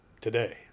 Today